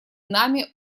нами